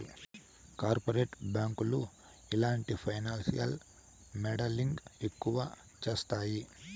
corporate బ్యాంకులు ఇలాంటి financial modelling ఎక్కువ చేత్తాయి